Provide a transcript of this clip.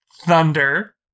Thunder